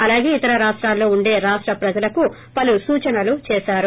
అలాగే ఇతర రాష్ట్రాల్లో ఉండే రాష్ట్ర ప్రజలకు పలు సూచనలు చేశారు